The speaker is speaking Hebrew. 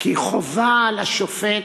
כי חובה על השופט,